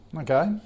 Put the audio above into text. Okay